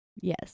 Yes